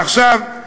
עכשיו,